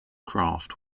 craft